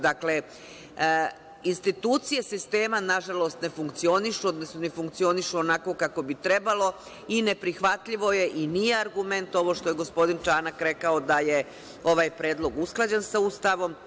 Dakle, institucije sistema, nažalost, ne funkcionišu, odnosno ne funkcionišu onako kako bi trebalo i neprihvatljivo je i nije argument ovo što je gospodin Čanak rekao da je ovaj predlog usklađen sa Ustavom.